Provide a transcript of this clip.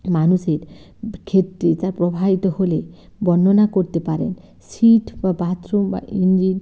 মানুষের ক্ষেত্রে তা প্রবাহিত হলে বর্ণনা করতে পারেন সিট বা বাথরুম বা ইঞ্জিন